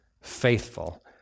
faithful